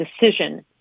decision